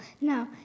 No